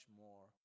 more